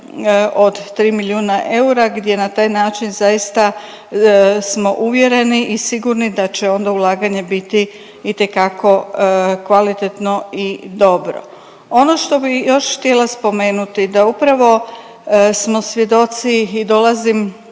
od 3 milijuna eura gdje na taj način zaista smo uvjereni i sigurni da će onda ulaganje biti itekako kvalitetno i dobro. Ono što bi još htjela spomenuti da upravo smo svjedoci i dolazim